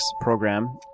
program